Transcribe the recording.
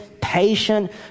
patient